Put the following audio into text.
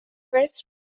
first